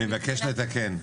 אני מבקש לתקן.